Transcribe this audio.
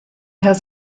has